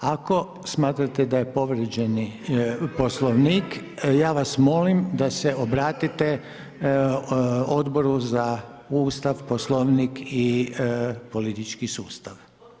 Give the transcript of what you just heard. Ako smatrate da je povrijeđen Poslovnik ja vas molim da se obratite Odboru za Ustav, Poslovnik i politički sustav.